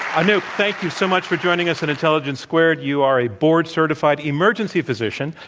anoop, thank you so much for joining us at intelligence squared. you are a board-certified emergency physician.